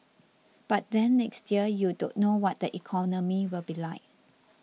but then next year you don't know what the economy will be like